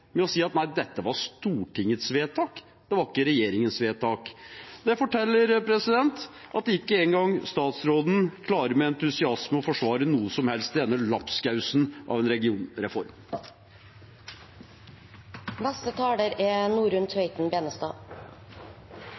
å si at dette var Stortingets vedtak – det var ikke regjeringens vedtak. Det forteller at ikke engang statsråden klarer å forsvare noe som helst i denne lapskausen av en